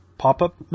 pop-up